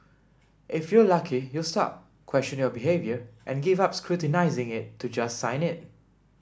if you're lucky you'll stop question your behaviour and give up scrutinising it to just sign it